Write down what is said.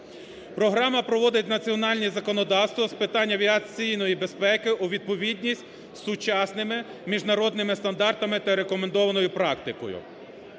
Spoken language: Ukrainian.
Програма проводить національні законодавства з питань авіаційної безпеки у відповідність сучасними міжнародними стандартами та рекомендованою практикою.